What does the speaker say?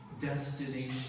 destination